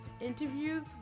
interviews